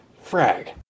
Frag